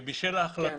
כן.